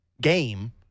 game